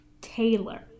Taylor